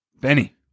Benny